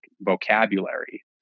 vocabulary